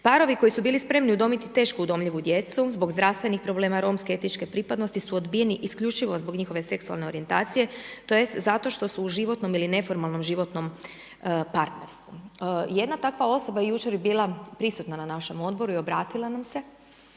Parovi koji su bili spremni udomiti teško udomljivu zbog zdravstvenih problema, romske i etničke pripadnosti su odbijeni isključivo zbog njihove seksualne orijentacije tj. zato što su u životnom ili neformalno životnom partnerstvu. Pa jedna takva osoba je jučer bila prisutna na našem odboru i obratila nam se